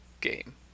game